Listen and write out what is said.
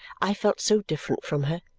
i felt so different from her,